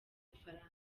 bufaransa